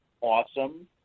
awesome